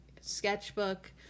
sketchbook